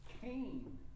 Cain